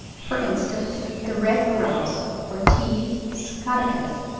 for instance the red-grouse or t. scoticus.